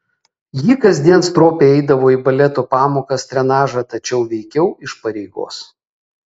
ji kasdien stropiai eidavo į baleto pamokas trenažą tačiau veikiau iš pareigos